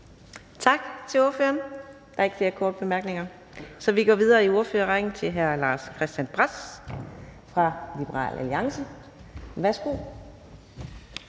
Tak til ordføreren. Der er ikke nogen korte bemærkninger, så vi går videre i ordførerrækken til hr. Lars Boje Mathiesen, uden for grupperne. Værsgo.